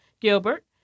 Gilbert